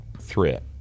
threat